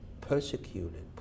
persecuted